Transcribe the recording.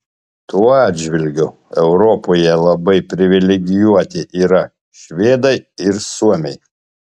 tuo atžvilgiu europoje labai privilegijuoti yra švedai ir suomiai